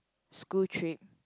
school trip